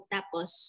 Tapos